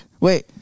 wait